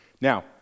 Now